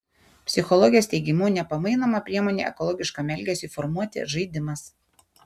psichologės teigimu nepamainoma priemonė ekologiškam elgesiui formuoti žaidimas